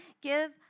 give